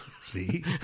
See